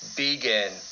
begin